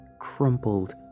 crumpled